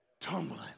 tumbling